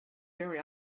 very